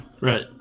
right